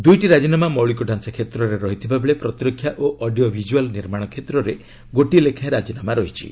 ଦୁଇଟି ରାଜିନାମା ମୌଳିକ ତାଞ୍ଚା କ୍ଷେତ୍ରରେ ରହିଥିବା ବେଳେ ପ୍ରତିରକ୍ଷା ଓ ଅଡିଓ ଭିକୁଆଲ୍ ନିର୍ମାଣ କ୍ଷେତ୍ରରେ ଗୋଟିଏ ଲେଖାଏଁ ରାଜିନାମା ରହିଛି